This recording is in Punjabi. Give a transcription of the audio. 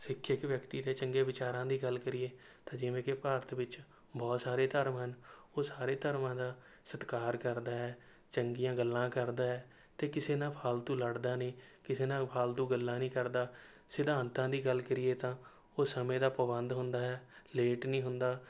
ਸਿੱਖਿਅਕ ਵਿਅਕਤੀ ਦੇ ਚੰਗੇ ਵਿਚਾਰਾਂ ਦੀ ਗੱਲ ਕਰੀਏ ਤਾਂ ਜਿਵੇਂ ਕਿ ਭਾਰਤ ਵਿੱਚ ਬਰੁਤ ਸਾਰੇ ਧਰਮ ਹਨ ਉਹ ਸਾਰੇ ਧਰਮਾਂ ਦਾ ਸਤਿਕਾਰ ਕਰਦਾ ਹੈ ਚੰਗੀਆਂ ਗੱਲਾਂ ਕਰਦਾ ਹੈ ਅਤੇ ਕਿਸੇ ਨਾਲ ਫਾਲਤੂ ਲੜਦਾ ਨਹੀਂ ਕਿਸੇ ਨਾਲ ਫਾਲਤੂ ਗੱਲਾਂ ਨਹੀਂ ਕਰਦਾ ਸਿਧਾਂਤਾਂ ਦੀ ਗੱਲ ਕਰੀਏ ਤਾਂ ਉਹ ਸਮੇਂ ਦਾ ਪਾਬੰਦ ਹੁੰਦਾ ਹੈ ਲੇਟ ਨਹੀਂ ਹੁੰਦਾ